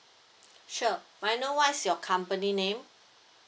sure may I know what is your company name